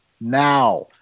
Now